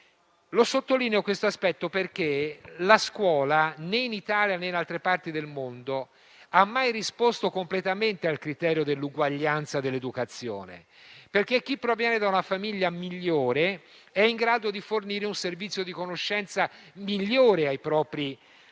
Sottolineo questo aspetto perché la scuola né in Italia, né in altre parti del mondo ha mai risposto completamente al criterio dell'uguaglianza dell'educazione; chi proviene da una famiglia migliore è in grado di fornire un servizio di conoscenza migliore alle proprie figlie